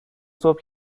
صبح